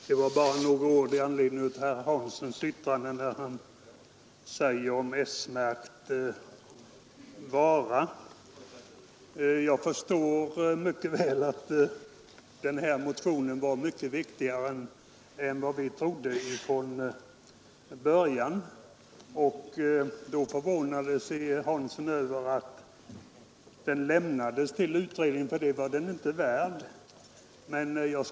Herr talman! Bara några ord i anledning av herr Hanssons i Skegrie yttrande om s-märkt vara! Jag förstår nu att denna motion var mycket viktigare än vi trodde från början. Herr Hansson förvånade sig över att den lämnades till utredningen — för det var den inte värd, sade han.